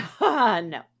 no